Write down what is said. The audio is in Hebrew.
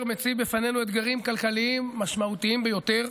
מציב בפנינו אתגרים כלכליים משמעותיים ביותר.